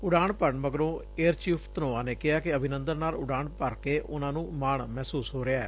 ਉਡਾਣ ਭਰਨ ਮਗਰੋ ਏਅਰ ਚੀਫ਼ ਧਨੋਆ ਨੇ ਕਿਹਾ ਕਿ ਅਭੀਨੰਦਨ ਨਾਲ ਉੜਾਨ ਭਰ ਕੇ ਉਨੂਾਂ ਨੂੰ ਮਾਣ ਮਹਿਸੁਸ ਹੋ ਰਿਹੈ